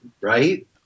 right